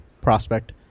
prospect